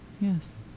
Yes